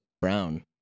brown